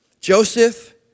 Joseph